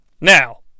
Now